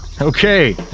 Okay